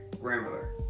grandmother